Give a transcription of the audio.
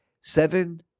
Seven